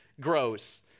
grows